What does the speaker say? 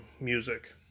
music